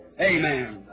Amen